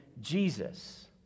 Jesus